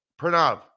Pranav